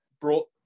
brought